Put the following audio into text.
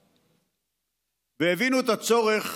מותניים והבינו את הצורך